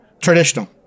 traditional